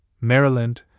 Maryland